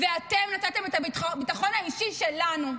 ואתם נתתם את הביטחון האישי שלנו,